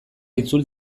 itzul